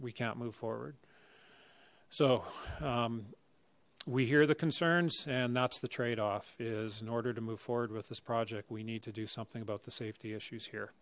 we can't move forward so we hear the concerns and that's the trade off is in order to move forward with this project we need to do something about the safety issues here